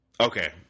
Okay